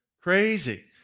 Crazy